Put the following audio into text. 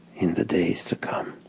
in the days to come,